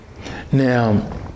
Now